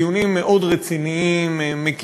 דיונים מאוד רציניים, מקיפים,